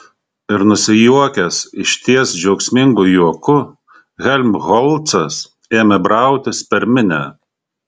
ir nusijuokęs išties džiaugsmingu juoku helmholcas ėmė brautis per minią